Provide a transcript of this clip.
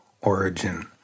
origin